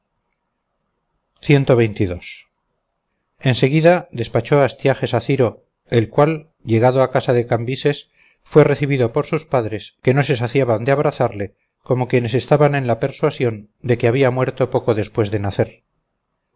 en seguida despachó astiages a ciro el cual llegado a casa de cambises fue recibido por sus padres que no se saciaban de abrazarle como quienes estaban en la persuasión de que había muerto poco después de nacer